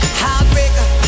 heartbreaker